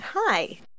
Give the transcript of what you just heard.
Hi